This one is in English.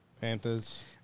Panthers